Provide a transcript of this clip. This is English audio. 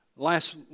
last